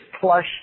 plush